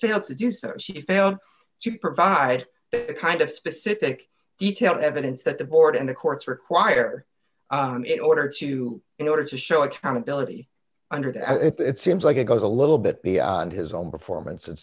failed to do so she failed to provide the kind of specific detailed evidence that the board and the courts require it order to in order to show accountability under that if it seems like it goes a little bit beyond his own performance and it